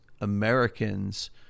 Americans –